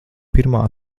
pirmā